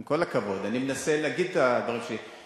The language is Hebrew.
עם כל הכבוד, אני מנסה להגיד את הדברים שלי.